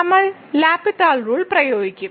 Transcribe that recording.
നമ്മൾ L'Hospital rule പ്രയോഗിക്കും